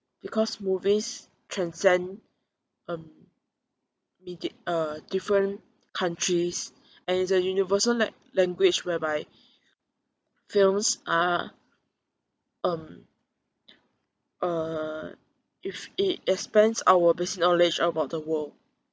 because movies transcend um uh different countries and is a universal la~ language whereby films are um uh if it expands our base knowledge about the world